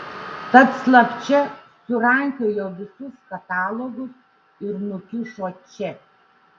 tad slapčia surankiojo visus katalogus ir nukišo čia